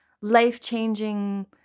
life-changing